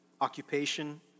occupation